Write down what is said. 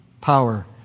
power